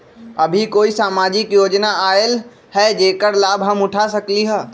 अभी कोई सामाजिक योजना आयल है जेकर लाभ हम उठा सकली ह?